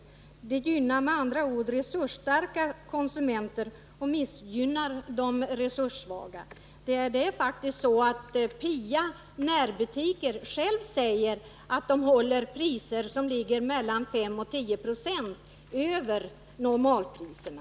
Öppethållande gynnar med andra ord resursstarka konsumenter och missgynnar de resurssvaga. Pia närbutiker säger själva att de håller priser som ligger 5-10 70 högre än normalpriserna.